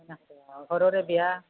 হয় নেকি অ ঘৰৰে বিয়া